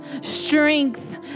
strength